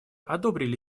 одобрили